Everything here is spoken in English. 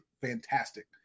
fantastic